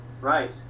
Right